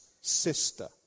sister